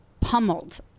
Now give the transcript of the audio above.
pummeled